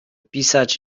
pisać